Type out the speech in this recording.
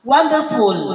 Wonderful